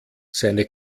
seine